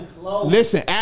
listen